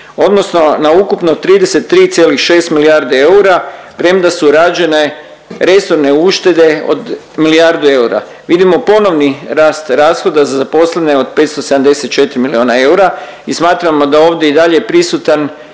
odnosno na ukupno 33,6 milijardi eura, premda su rađene resorne uštede od milijardu eura vidimo ponovni rast rashoda za zaposlene od 574 milijuna eura i smatramo da ovdje i dalje prisutan